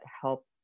help